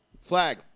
flag